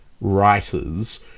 writers